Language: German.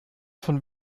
von